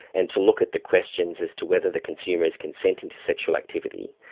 and to look at the questions as to whether the consumer has consented to sexual activity,